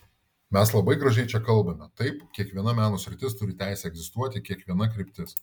mes labai gražiai čia kalbame taip kiekviena meno sritis turi teisę egzistuoti kiekviena kryptis